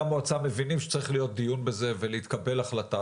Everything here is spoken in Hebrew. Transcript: המועצה מבינים שצריך להיות דיון בזה ושתתקבל החלטה,